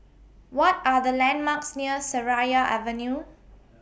What Are The landmarks near Seraya Avenue